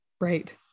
Right